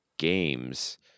games